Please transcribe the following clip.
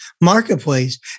marketplace